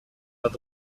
над